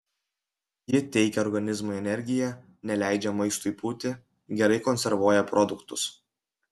ji teikia organizmui energiją neleidžia maistui pūti gerai konservuoja produktus